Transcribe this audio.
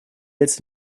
jetzt